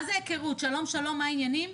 מה זה היכרות שלום שלום, מה העניינים?